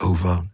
Over